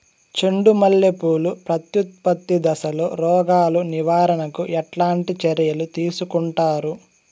చెండు మల్లె పూలు ప్రత్యుత్పత్తి దశలో రోగాలు నివారణకు ఎట్లాంటి చర్యలు తీసుకుంటారు?